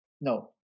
No